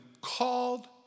called